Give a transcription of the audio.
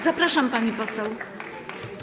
Zapraszam, pani poseł.